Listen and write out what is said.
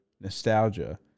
nostalgia